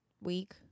week